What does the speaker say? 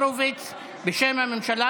והורוביץ ביקש הצבעה שמית בשם הממשלה.